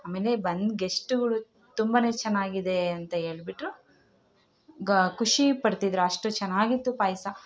ಆಮೇಲೆ ಬಂದು ಗೆಸ್ಟುಗಳು ತುಂಬಾ ಚೆನ್ನಾಗಿದೆ ಅಂತ ಹೇಳಿಬಿಟ್ರು ಗ ಖುಷಿ ಪಡ್ತಿದ್ರು ಅಷ್ಟು ಚೆನ್ನಾಗಿತ್ತು ಪಾಯಸ